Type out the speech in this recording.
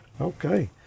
Okay